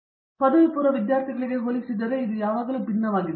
ದೇಶಪಾಂಡೆ ಪದವಿಪೂರ್ವ ವಿದ್ಯಾರ್ಥಿಗಳಿಗೆ ಹೋಲಿಸಿದರೆ ಇದು ಯಾವಾಗಲೂ ಭಿನ್ನವಾಗಿದೆ